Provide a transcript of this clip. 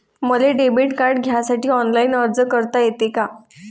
मले debit card घ्यासाठी online अर्ज करता येते का?